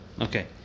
Okay